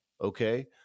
Okay